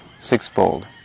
sixfold